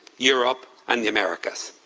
europe, and the americas.